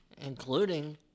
Including